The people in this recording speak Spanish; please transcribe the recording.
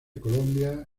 colombia